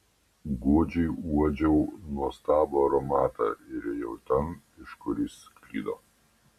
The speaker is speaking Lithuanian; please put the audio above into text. godžiai uodžiau nuostabų aromatą ir ėjau ten iš kur jis sklido